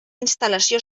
instal·lació